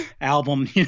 album